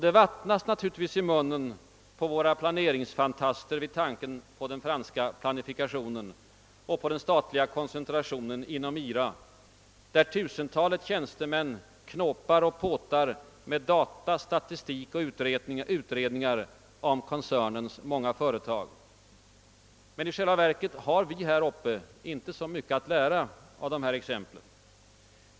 Det vattnas naturligtvis i munnen på våra planeringsfantaster vid tanken på den franska »planificationen» och på den statliga koncentrationen inom IRI, där tusentalet tjänstemän knåpar och påtar med data, statistik och utredningar om koncernens många företag. I själva verket har vi här uppe inte så mycket att lära av dessa exempel.